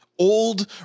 old